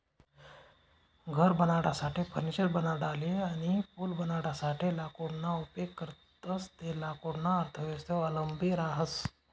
घर बनाडासाठे, फर्निचर बनाडाले अनी पूल बनाडासाठे लाकूडना उपेग करतंस ते लाकूडना अर्थव्यवस्थावर अवलंबी रहास